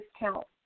discount